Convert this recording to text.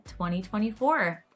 2024